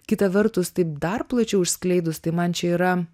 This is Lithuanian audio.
kita vertus taip dar plačiau išskleidus tai man čia yra